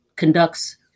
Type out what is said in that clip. conducts